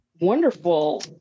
wonderful